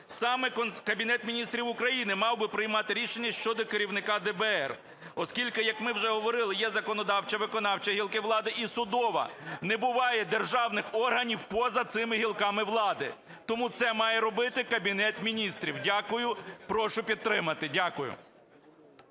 саме Кабінет Міністрів України мав би приймати рішення щодо керівника ДБР. Оскільки, як ми вже говорили, є законодавча, виконавча гілки влади і судова. Не буває державних органів поза цими гілками влади. Тому це має робити Кабінет Міністрів. Дякую. Прошу підтримати. Дякую.